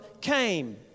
came